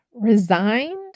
Resigned